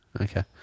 Okay